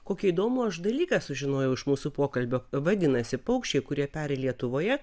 kokį įdomų aš dalyką sužinojau iš mūsų pokalbio vadinasi paukščiai kurie peri lietuvoje